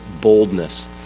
boldness